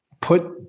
put